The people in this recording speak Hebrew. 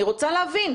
אני רוצה להבין.